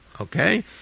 okay